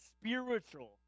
spiritual